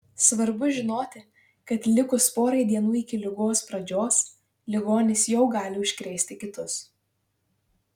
svarbu žinoti kad likus porai dienų iki ligos pradžios ligonis jau gali užkrėsti kitus